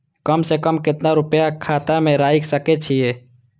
कम से कम केतना रूपया खाता में राइख सके छी?